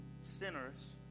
sinners